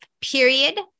period